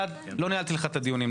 לא ניהלתי לך את הדיונים,